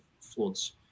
floods